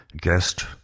guest